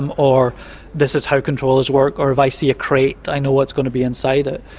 um or this is how controllers work, or if i see a crate i know what's going to be inside it.